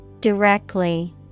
Directly